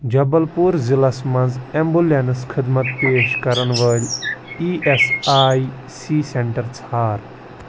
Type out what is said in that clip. جبل پوٗر ضِلعس مَنٛز اٮ۪مبُلٮ۪نٕس خدمت پیش کرن وٲلۍ E S I C centre ژھار